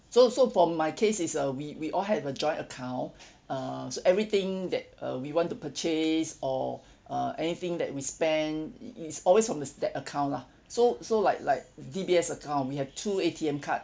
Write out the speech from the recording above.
so so for my case is uh we we all have a joint account err so everything that uh we want to purchase or uh anything that we spend it it's always from the s~ that account lah so so like like D_B_S account we have two A_T_M card